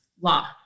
law